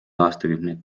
aastakümneid